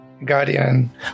Guardian